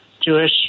Jewish